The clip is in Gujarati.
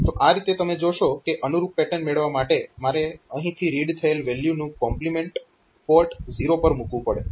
તો આ રીતે તમે જોશો કે અનુરૂપ પેટર્ન મેળવવા માટે મારે અહીંથી રીડ થયેલ વેલ્યુનું કોમ્પ્લીમેન્ટ પોર્ટ 0 પર મૂકવુ પડે